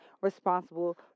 responsible